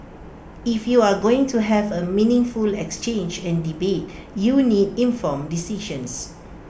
if you're going to have A meaningful exchange and debate you need informed decisions